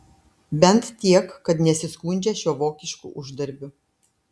bent tiek kad nesiskundžia šiuo vokišku uždarbiu